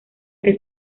que